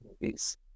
Movies